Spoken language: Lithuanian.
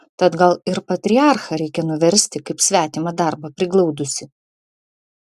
tad gal ir patriarchą reikia nuversti kaip svetimą darbą priglaudusį